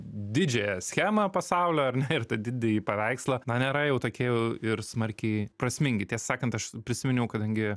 didžiąją schemą pasaulio ar ne ir tą didįjį paveikslą na nėra jau tokie jau ir smarkiai prasmingi tiesą sakant aš prisiminiau kadangi